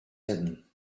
hidden